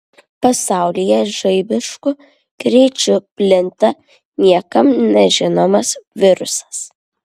pasaulyje žaibišku greičiu plinta niekam nežinomas virusas